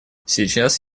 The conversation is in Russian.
сейчас